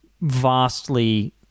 vastly